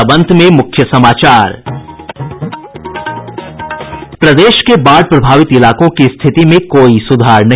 और अब अंत में मुख्य समाचार प्रदेश के बाढ़ प्रभावित इलाकों की स्थिति में कोई सुधार नहीं